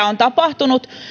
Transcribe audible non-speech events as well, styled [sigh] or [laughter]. [unintelligible] on tapahtunut